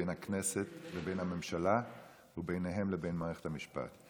בין הכנסת לבין הממשלה ובין לבין מערכת המשפט.